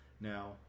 Now